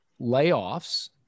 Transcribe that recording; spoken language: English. layoffs